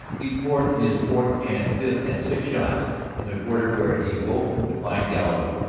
he poured in his fourth and fifth and sixth shots in the quarter where he hoped to find galloway.